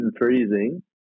freezing